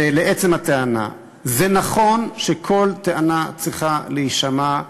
ולעצם הטענה: זה נכון שכל טענה צריכה להישמע,